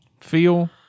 feel